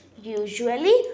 usually